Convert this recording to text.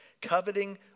coveting